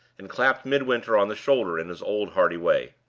and clapped midwinter on the shoulder in his old, hearty way.